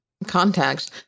contacts